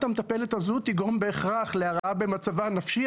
המטפלת הזו תגרום בהכרח להרעה במצבה הנפשי,